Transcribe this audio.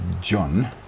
John